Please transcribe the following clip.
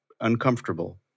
uncomfortable